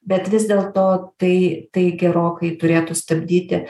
bet vis dėlto tai tai gerokai turėtų stabdyti